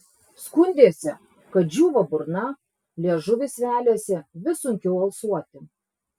skundėsi kad džiūva burna liežuvis veliasi vis sunkiau alsuoti